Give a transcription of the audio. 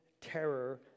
terror